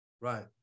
Right